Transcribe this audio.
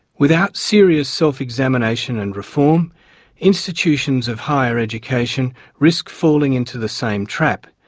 without serious self-examination and reform institutions of higher education risk falling into the same trap,